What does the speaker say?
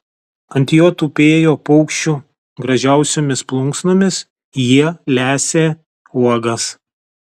ant jo tupėjo paukščių gražiausiomis plunksnomis jie lesė uogas